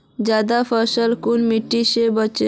ज्यादा फसल कुन मिट्टी से बेचे?